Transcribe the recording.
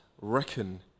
reckon